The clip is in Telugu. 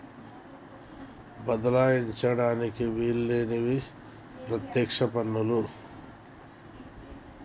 బదలాయించడానికి ఈల్లేనివి పత్యక్ష పన్నులు